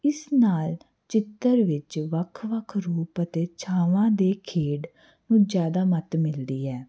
ਇਸ ਨਾਲ ਚਿੱਤਰ ਵਿੱਚ ਵੱਖ ਵੱਖ ਰੂਪ ਅਤੇ ਛਾਵਾਂ ਦੇ ਖੇਡ ਨੂੰ ਜ਼ਿਆਦਾ ਮੱਤ ਮਿਲਦੀ ਹੈ